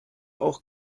auch